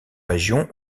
région